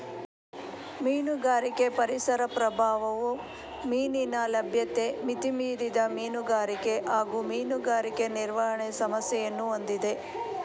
ಮೀನುಗಾರಿಕೆ ಪರಿಸರ ಪ್ರಭಾವವು ಮೀನಿನ ಲಭ್ಯತೆ ಮಿತಿಮೀರಿದ ಮೀನುಗಾರಿಕೆ ಹಾಗೂ ಮೀನುಗಾರಿಕೆ ನಿರ್ವಹಣೆ ಸಮಸ್ಯೆಯನ್ನು ಹೊಂದಿದೆ